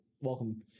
Welcome